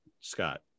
Scott